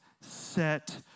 set